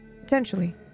Potentially